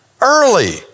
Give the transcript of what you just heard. Early